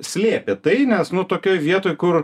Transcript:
slėpė tai nes nu tokioj vietoj kur